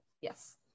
Yes